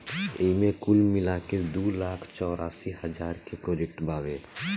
एईमे कुल मिलाके दू लाख चौरासी हज़ार के प्रोजेक्ट बावे